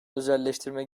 özelleştirme